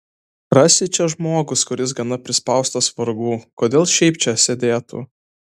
rasi čia žmogus kuris gana prispaustas vargų kodėl šiaip čia sėdėtų